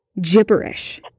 gibberish